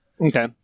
Okay